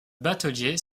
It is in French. batelier